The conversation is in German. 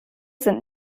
sind